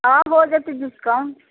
हँ हो जतै डिस्काउन्ट